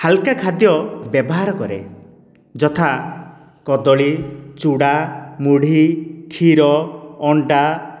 ହାଲକା ଖାଦ୍ୟ ବ୍ୟବହାର କରେ ଯଥା କଦଳୀ ଚୁଡ଼ା ମୁଢି କ୍ଷୀର ଅଣ୍ଡା